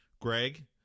Greg